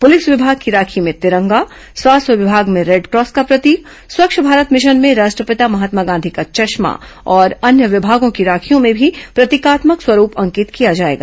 police विभाग की राखी में तिरंगा स्वास्थ्य विभाग में रेडक्रॉस की प्रतीक स्वच्छ भारत मिशन में राष्ट्रपिता महात्मा गांधी का चश्मा और अन्य विभागों की राखियों में भी प्रतीकात्मक स्वरूप अंकित किया जाएगा